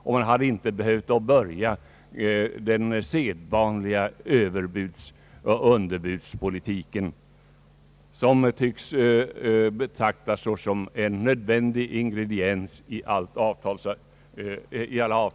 Det hade inte varit nödvändigt att börja den sedvanliga överbudsoch underbudsgivningen, som tycks betraktas såsom en nödvändig ingrediens i alla avtalsförhandlingar.